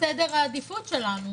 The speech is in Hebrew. סדר העדיפות שלנו.